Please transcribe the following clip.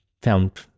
found